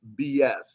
BS